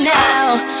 now